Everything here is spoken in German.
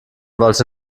wollte